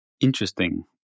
interesting